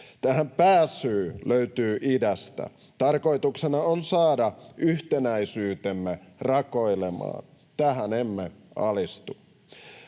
Tähän pääsyy löytyy idästä. Tarkoituksena on saada yhtenäisyytemme rakoilemaan. Tähän emme alistu.